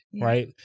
right